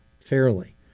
fairly